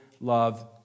love